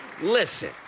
listen